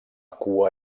cua